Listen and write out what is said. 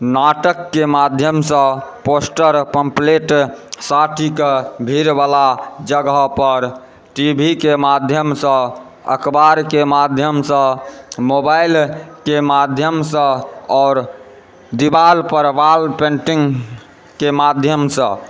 नाटकके माध्यमसँ poster pamphlet साटिकऽ भीड़वला जगहपर टीवीके माध्यमसँ अखबारके माध्यमसँ मोबाइलके माध्यमसँ आओर दीबालपर वॉल पेन्टिङ्गके माध्यमसँ